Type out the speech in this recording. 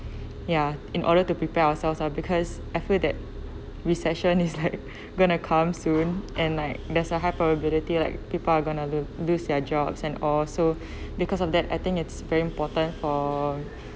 ya in order to prepare ourselves lah because I feel that recession is like going to come soon and like there's a high probability like people are going to lose their jobs and all so because of that I think it's very important for